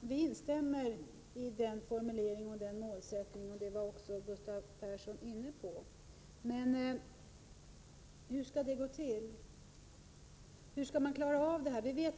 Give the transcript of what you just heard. Vi instämmer i den formuleringen och den målsättningen, och det var också Gustav Persson inne på. Men hur skall det gå till? Hur skall man klara av det här?